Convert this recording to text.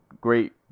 great